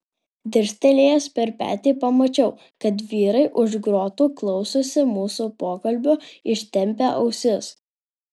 dirstelėjęs per petį pamačiau kad vyrai už grotų klausosi mūsų pokalbio ištempę ausis